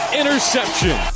interception